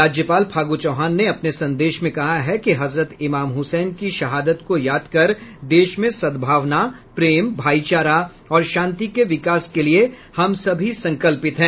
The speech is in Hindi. राज्यपाल फागू चौहान ने अपने संदेश में कहा है कि हजरत इमाम हुसैन की शहादत को याद कर देश में सद्भावना प्रेम भाईचार और शांति के विकास के लिये हम सभी संकल्पित हैं